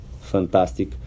fantastic